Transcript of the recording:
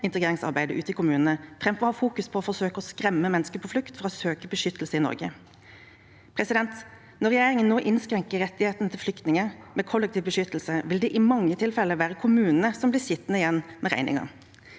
integreringsarbeidet ute i kommunene framfor å ha fokus på å forsøke å skremme mennesker på flukt fra å søke beskyttelse i Norge. Når regjeringen nå innskrenker rettighetene til flyktninger med kollektiv beskyttelse, vil det i mange tilfeller være kommunene som blir sittende igjen med regningen.